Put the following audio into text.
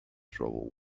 trouble